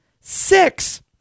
six